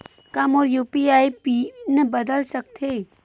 का मोर UPI PIN बदल सकथे?